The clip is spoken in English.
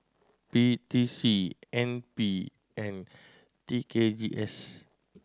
P T C N P and T K G S